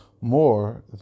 more